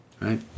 right